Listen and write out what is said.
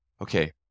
okay